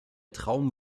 traum